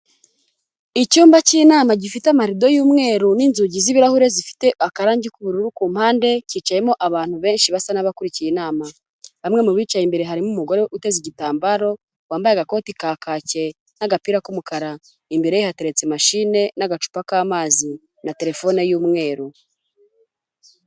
Icyumba k'inama gifite amarido y'umweru n'inzugi z'ibirahure zifite akarangi k'ubururu ku mpande, kicayemo abantu benshi basa n'abakurikiye inama, bamwe mu bicaye imbere harimo umugore uteze igitambaro, wambaye agakoti ka kake n'agapira k'umukara, imbere hateretse machine n'agacupa k'amazi na telefone y'umweru.